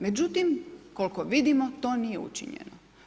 Međutim, koliko vidimo to nije učinjeno.